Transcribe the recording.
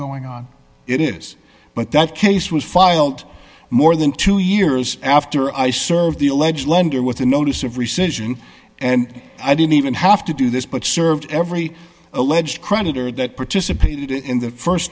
going on it is but that case was filed more than two years after i served the alleged longer with a notice of recession and i didn't even have to do this but served every alleged creditor that participated in the